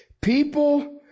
People